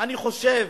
אני חושב,